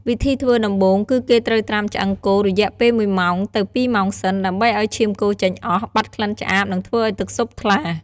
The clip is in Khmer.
វិធីធ្វើ ដំបូងគឺគេត្រូវត្រាំឆ្អឹងគោរយៈពេលមួយម៉ោងទៅពីរម៉ោងសិន ដើម្បីឱ្យឈាមគោចេញអស់ បាត់ក្លិនឆ្អាប និងធ្វើឱ្យទឹកស៊ុបថ្លា។